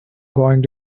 going